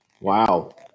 Wow